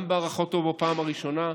גם בהארכתו בפעם הראשונה,